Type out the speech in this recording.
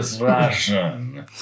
Russian